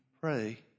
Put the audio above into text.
pray